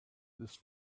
this